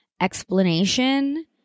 explanation